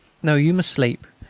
no, you must sleep.